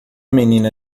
menina